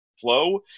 flow